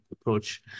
approach